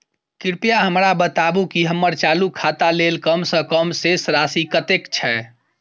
कृपया हमरा बताबू की हम्मर चालू खाता लेल कम सँ कम शेष राशि कतेक छै?